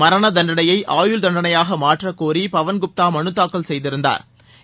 மரண தண்டனையை ஆயுள் தண்டனையாக மாற்றக் கோரி பவள் குப்தா மனு தாக்கல் செய்திருந்தாா்